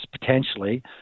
potentially